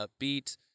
upbeat